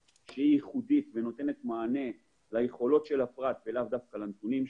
ייחודית שנותנת מענה ליכולות של הפרט ולאו דווקא לנתונים שלו.